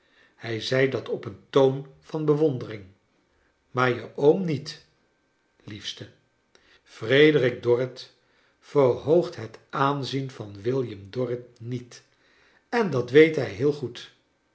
hij zei dat op een toon van bewondering maar je oom niet liefste frederik dorrit verhoogt het aanzien van william dorrit niet en dat weet hij heel goecl